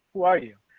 who are you,